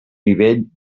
nivell